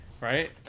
right